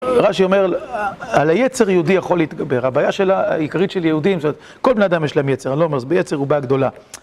רש"י אומר, על היצר יהודי יכול להתגבר. הבעיה העיקרית של יהודים, כל בן אדם יש להם יצר, אני לא אומר, יצר הוא בעיה גדולה.